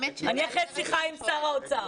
אני אחרי שיחה עם שר האוצר.